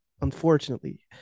unfortunately